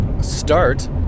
start